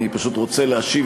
אני פשוט רוצה להשיב,